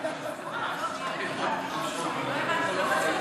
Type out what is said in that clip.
לא הבנתי.